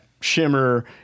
shimmer